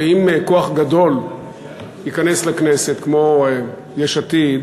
שאם ייכנס לכנסת כוח גדול כמו יש עתיד,